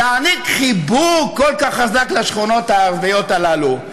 לתת חיבוק כל כך חזק לשכונות הערביות האלה?